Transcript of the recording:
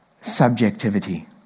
subjectivity